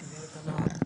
תודה.